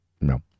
No